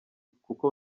kuko